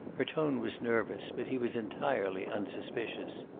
her tone was nervous, but he was entirely unsuspicious.